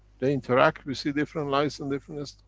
they interact. we see different lights and different